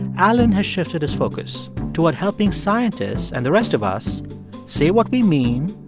alan has shifted his focus toward helping scientists and the rest of us say what we mean,